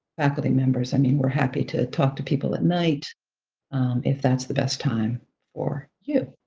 faculty members. i mean, we're happy to talk to people at night if that's the best time for you.